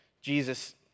Jesus